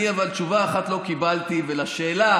אבל אני, תשובה אחת לא קיבלתי על השאלה.